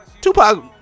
Tupac